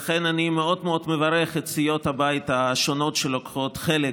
לכן אני מאוד מאוד מברך את סיעות הבית השונות שלוקחות חלק